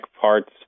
parts